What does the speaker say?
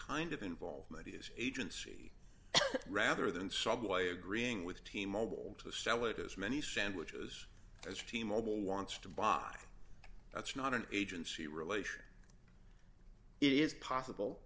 kind of involvement is agency rather than subway agreeing with team mobile to sell it as many sandwiches as team mobile wants to buy that's not an agency relation it is possible